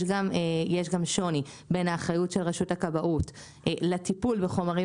יש גם שוני בין האחריות של רשות הכבאות לטיפול בחומרים